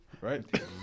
Right